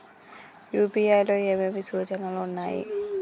UPI లో ఏమేమి సూచనలు ఉన్నాయి?